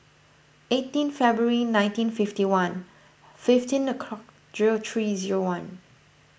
eighteen February nineteen fifty one fifteen o'clock zero three zero one